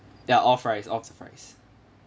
ya all fries all the fries